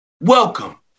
welcome